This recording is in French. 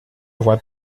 voie